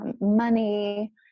money